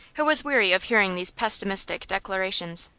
who was weary of hearing these pessimistic declarations.